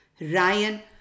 Ryan